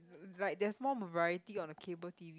like there's more variety on the cable t_v